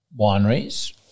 wineries